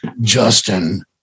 Justin